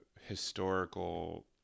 historical